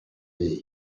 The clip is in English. hiv